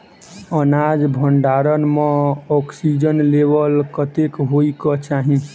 अनाज भण्डारण म ऑक्सीजन लेवल कतेक होइ कऽ चाहि?